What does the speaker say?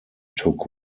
took